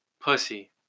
Pussy